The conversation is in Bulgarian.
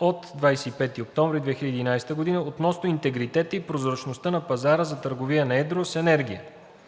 от 25 октомври 2011 г. относно интегритета и прозрачността на пазара за търговия на едро с енергия